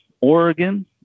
Oregon